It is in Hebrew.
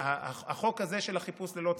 החוק הזה, של החיפוש ללא צו,